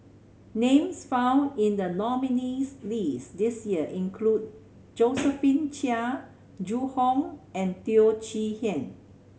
names found in the nominees' list this year include Josephine Chia Zhu Hong and Teo Chee Hean